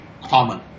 common